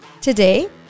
Today